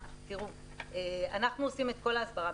אנחנו עושים את כל ההסברה,